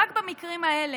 רק במקרים האלה.